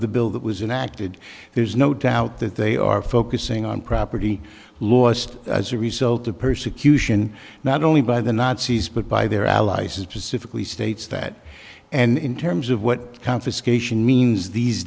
the bill that was an acted there's no doubt that they are focusing on property lost as a result of persecution not only by the nazis but by their allies as pacifically states that and in terms of what confiscation means these